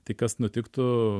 tai kas nutiktų